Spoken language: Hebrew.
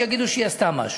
שיגידו שהיא עשתה משהו.